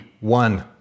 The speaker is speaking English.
one